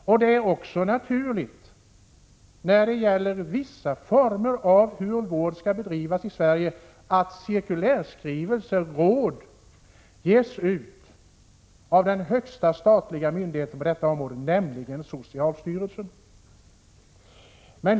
I fråga om hur vissa former av vård skall bedrivas i Sverige är det också naturligt att cirkulärskrivelser och råd ges ut av den högsta statliga myndigheten på detta område, nämligen socialstyrelsen.